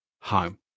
home